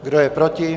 Kdo je proti?